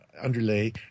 underlay